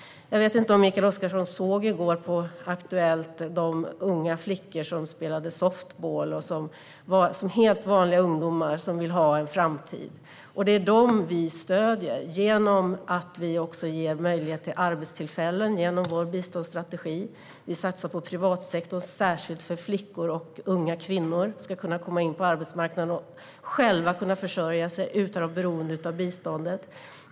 Jag vet inte om Mikael Oscarsson såg i går på Aktuellt , där man visade unga flickor som spelade softboll - helt vanliga ungdomar som vill ha en framtid. Det är dem vi stöder genom att vi ger möjlighet till arbetstillfällen genom vår biståndsstrategi. Vi satsar på privatsektorn, särskilt för att flickor och unga kvinnor ska kunna komma in på arbetsmarknaden och försörja sig själva utan att vara beroende av biståndet.